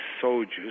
soldiers